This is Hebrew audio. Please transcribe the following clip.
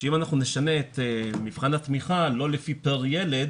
שאם אנחנו נשנה את מבחן התמיכה לא לפי פר ילד,